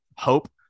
hope